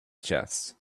chest